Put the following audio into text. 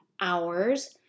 hours